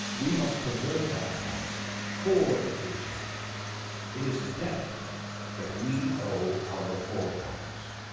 we must preserve that past for the future it is the debt that we owe our ah forefathers.